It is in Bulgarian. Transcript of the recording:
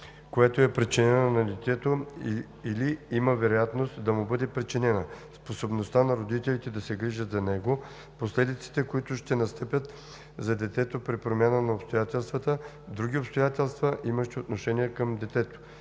която е причинена на детето или има вероятност да му бъде причинена; способността на родителите да се грижат за него; последиците, които ще настъпят за детето при промяна на обстоятелствата; други обстоятелства, имащи отношение към детето.